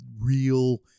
real